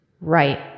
Right